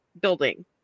building